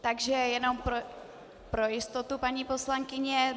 Takže jenom pro jistotu, paní poslankyně.